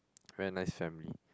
very nice family